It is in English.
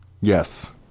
Yes